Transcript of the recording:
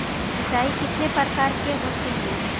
सिंचाई कितने प्रकार के होते हैं?